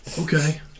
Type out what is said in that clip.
Okay